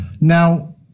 Now